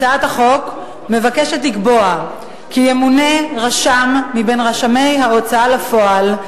הצעת החוק מבקשת לקבוע כי ימונה רשם מרשמי ההוצאה לפועל,